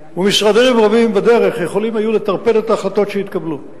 ומשרדים רבים בדרך יכולים היו לטרפד את ההחלטות שהתקבלו.